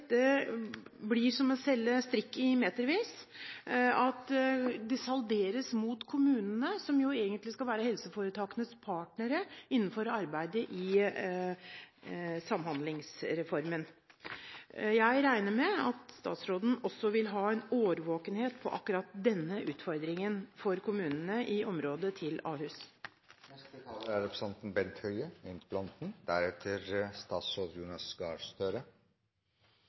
dette blir som å selge strikk i metervis, og at det salderes mot kommunene, som egentlig skal være helseforetakenes partnere i samhandlingsreformen. Jeg regner med at statsråden også vil ha en årvåkenhet på akkurat denne utfordringen for kommunene i området til Ahus. Jeg vil takke for en god diskusjon. Flere har referert til dakapo i diskusjonen, og det er